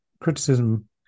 criticism